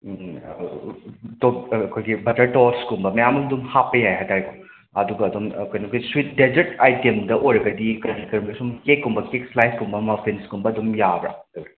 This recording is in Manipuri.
ꯎꯝꯝꯝ ꯇꯣꯛ ꯑꯩꯈꯣꯏꯒꯤ ꯕꯇꯔ ꯇꯣꯁꯀꯨꯝꯕ ꯃꯌꯥꯝꯕꯨꯗꯤ ꯍꯥꯞꯄ ꯌꯥꯏ ꯍꯥꯏꯇꯥꯔꯦꯀꯣ ꯑꯗꯨꯒ ꯑꯗꯨꯝ ꯀꯩꯅꯣꯒꯤ ꯁ꯭ꯋꯤꯠ ꯗꯦꯖꯔꯠ ꯑꯥꯏꯇꯦꯝꯗ ꯑꯣꯏꯔꯒꯗꯤ ꯀꯩ ꯀꯔꯤꯕ ꯁꯨꯝ ꯀꯦꯛꯀꯨꯝꯕ ꯀꯦꯛ ꯁꯥꯂꯥꯏꯁ ꯀꯨꯝꯕ ꯃꯐꯤꯟꯁꯀꯨꯝꯕ ꯑꯗꯨꯝ ꯌꯥꯕ꯭ꯔꯥ